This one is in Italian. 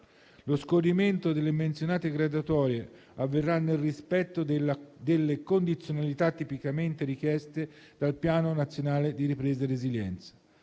Lo scorrimento delle graduatorie menzionate avverrà nel rispetto delle condizionalità tipicamente richieste dal Piano nazionale di ripresa e resilienza.